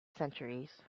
centuries